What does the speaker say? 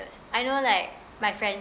I know like my friends